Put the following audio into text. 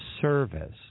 service